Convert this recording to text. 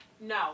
no